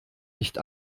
nicht